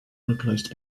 replaced